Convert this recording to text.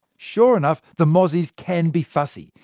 sure enough, the mozzies can be fussy.